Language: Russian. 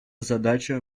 задача